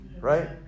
Right